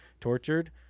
tortured